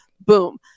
Boom